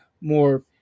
more